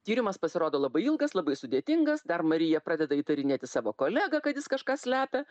tyrimas pasirodo labai ilgas labai sudėtingas dar marija pradeda įtarinėti savo kolegą kad jis kažką slepia